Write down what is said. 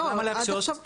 למה להקשות?